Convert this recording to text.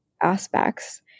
aspects